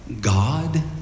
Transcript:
God